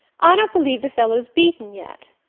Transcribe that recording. i don't believe the fellow's beaten yet.